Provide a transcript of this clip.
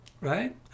Right